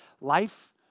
life